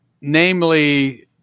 Namely